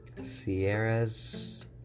Sierras